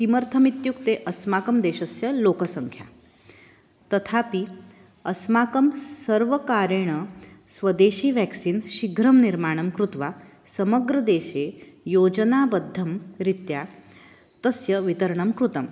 किमर्थमित्युक्ते अस्माकं देशस्य लोकसङ्ख्या तथापि अस्माकं सर्वकारेण स्वदेशीयं व्याक्सीन् शीघ्रं निर्माणं कृत्वा समग्रदेशे योजनाबद्धरीत्या तस्य वितरणं कृतं